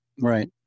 Right